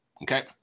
Okay